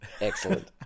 Excellent